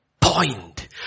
point